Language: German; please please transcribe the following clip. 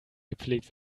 gepflegt